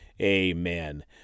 Amen